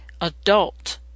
adult